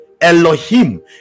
elohim